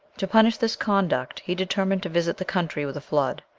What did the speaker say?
to punish this conduct he determined to visit the country with a flood,